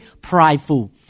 prideful